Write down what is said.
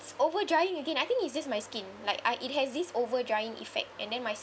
overdrying again I think it's just my skin like I it has this overdrying effect and then my